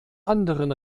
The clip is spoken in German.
anderen